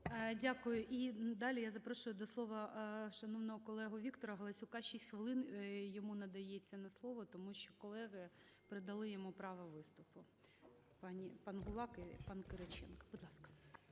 Дякуємо. І далі я запрошую до слова шановного колегу Віктора Галасюка, 6 хвилин йому надається на слово, тому що колеги передали йому право виступу: пан Гулак і пан Кириченко. Будь ласка.